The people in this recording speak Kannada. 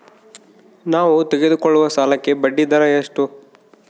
ನಾವು ತೆಗೆದುಕೊಳ್ಳುವ ಸಾಲಕ್ಕೆ ಬಡ್ಡಿದರ ಎಷ್ಟು?